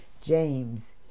James